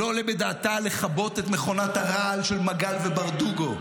לא עולה בדעתה לכבות את מכונת הרעל של מגל וברדוגו,